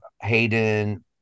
Hayden